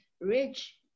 rich